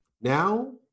Now